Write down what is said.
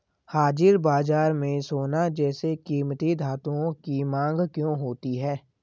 हाजिर बाजार में सोना जैसे कीमती धातुओं की मांग क्यों होती है